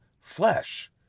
flesh